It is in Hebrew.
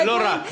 בדואים,